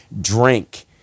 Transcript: drink